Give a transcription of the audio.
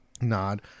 nod